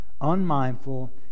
Unmindful